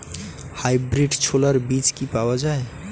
Hybrid ছোলার বীজ কি পাওয়া য়ায়?